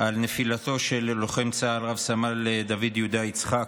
על נפילתו של לוחם צה"ל, רב-סמל דוד יהודה יצחק,